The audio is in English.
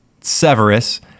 Severus